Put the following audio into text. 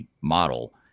model